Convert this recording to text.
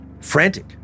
frantic